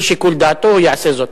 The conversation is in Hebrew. לשיקול דעתו הוא יעשה זאת.